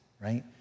right